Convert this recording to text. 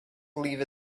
believe